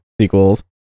sequels